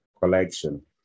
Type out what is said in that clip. collection